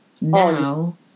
now